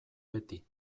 beti